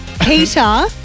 Peter